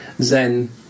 zen